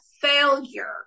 failure